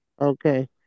Okay